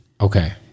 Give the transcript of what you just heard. Okay